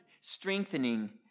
strengthening